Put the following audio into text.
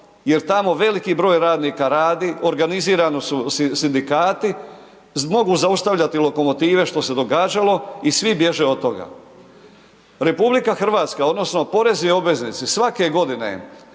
jer tamo veliki broj radnika radi, organizirano su sindikati. Mogu zaustavljati lokomotive, što se događalo i svi bježe od toga. RH, odnosno porezni obveznici svake godine